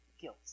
guilt